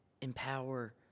empower